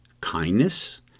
kindness